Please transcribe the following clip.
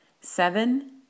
seven